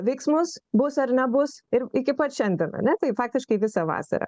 veiksmus bus ar nebus ir iki pat šiandien ane tai faktiškai visą vasarą